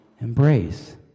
embrace